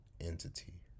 Entity